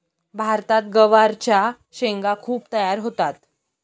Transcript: भारतात गवारच्या शेंगा खूप तयार होतात